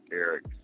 Eric